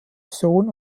sohn